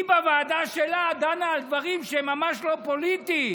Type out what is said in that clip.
היא בוועדה שלה דנה על דברים שהם ממש לא פוליטיים.